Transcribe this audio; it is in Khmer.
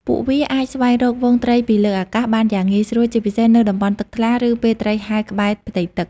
ពួកវាអាចស្វែងរកហ្វូងត្រីពីលើអាកាសបានយ៉ាងងាយស្រួល ជាពិសេសនៅតំបន់ទឹកថ្លា ឬពេលត្រីហែលក្បែរផ្ទៃទឹក។